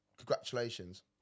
Congratulations